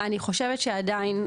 אני חושבת שעדיין,